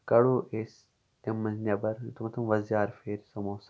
کَڑو أسۍ تَمہِ منٛز نٮ۪بر یُتھ وۄنۍ تِمن وزجار فیرِ سَموسن